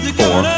four